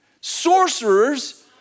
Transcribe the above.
sorcerers